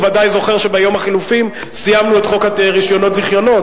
הוא ודאי זוכר שביום החילופין סיימנו את חוק זיכיונות רשיונות.